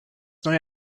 neue